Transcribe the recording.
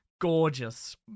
Gorgeous